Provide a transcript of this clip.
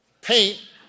paint